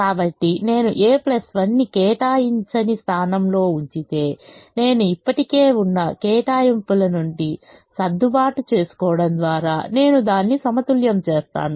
కాబట్టి నేను a 1 ని కేటాయించని స్థానంలో ఉంచితే నేను ఇప్పటికే ఉన్న కేటాయింపుల నుండి సర్దుబాటు చేసుకోవడం ద్వారా నేను దాన్ని సమతుల్యం చేస్తాను